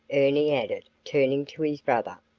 ernie added, turning to his brother.